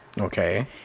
okay